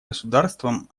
государствам